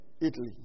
Italy